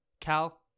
Cal